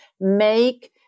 make